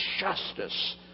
justice